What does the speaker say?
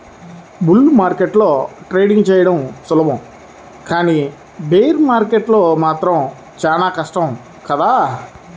bull మార్కెట్లో trading చెయ్యడం సులభం కానీ బేర్ మార్కెట్లో మాత్రం చానా కష్టం కదా